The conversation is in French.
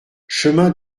chemin